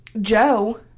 Joe